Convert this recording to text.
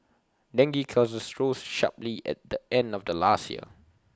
dengue cases rose sharply at the end of last year